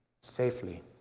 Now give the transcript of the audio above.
safely